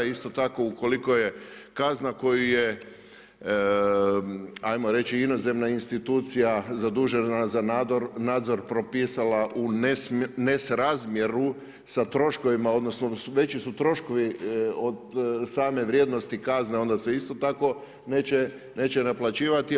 Isto tako ukoliko je kazna koju je ajmo reći inozemna institucija zadužena za nadzor propisala u nesrazmjeru sa troškovima, odnosno veći su troškovi od same vrijednosti kazne onda se isto tako neće naplaćivati.